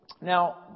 Now